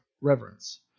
reverence